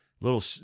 little